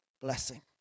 blessing